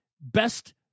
best